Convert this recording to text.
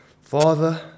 Father